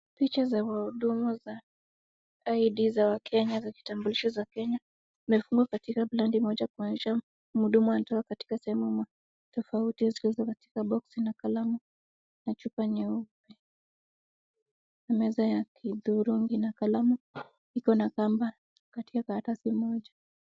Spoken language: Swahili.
Picha za wahudumu za ID za Wakenya za kitambulisho za Kenya, zimefungwa katika bandi moja kuonyesha mhudumu anatoka katika sehemu tofauti. Ziko zimewekwa katika boxi na kalamu na chupa nyeupe. Meza ya kidhurungi na kalamu iko na kamba katika karatasi moja.